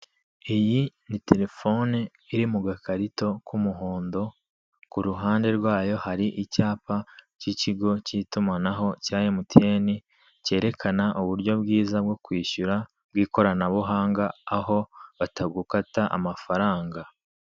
Iyi ni telefone iri mu gakarito k'umuhondo, ku ruhande rwayo hari icyapa cy'ikigo cy'itumanaho cya emutiyeni, cyerekana uburyo bwiza bwo kwishyura, bw'ikiranabuhanga, aho batagukata amafaranga.